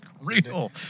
real